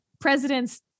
president's